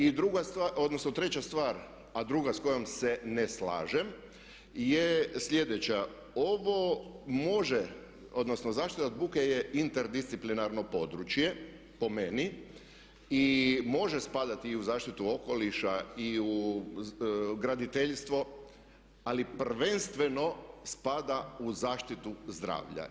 I treća stvar, a druga s kojom se ne slažem je sljedeća, ovo može odnosno zaštita od buke je interdisciplinarno područje, po meni, i može spadati i u zaštitu okoliša i u graditeljstvo ali prvenstveno spada u zaštitu zdravlja.